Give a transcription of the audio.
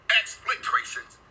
exploitations